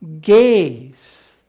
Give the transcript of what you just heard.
Gaze